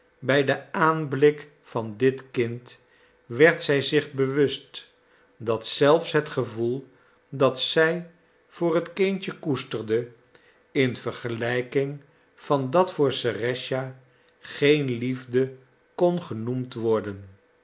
bij den aanblik van dit kind werd zij zich bewust dat zelfs het gevoel dat zij voor het kindje koesterde in vergelijking van dat voor serëscha geen liefde kon genoemd worden